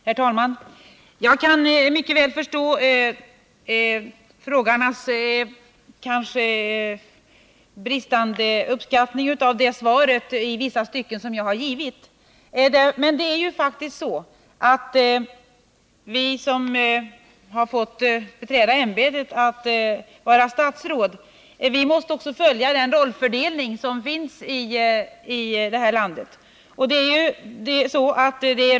Herr talman! Jag kan mycket väl förstå frågeställarnas något bristande uppskattning av vissa stycken i mitt svar. Men det är ju faktiskt så att vi som bekläder statsrådsämbetena måste följa den rollfördelning som finns i det här landet.